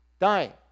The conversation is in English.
dying